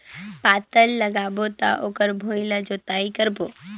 पातल लगाबो त ओकर भुईं ला जोतई करबो?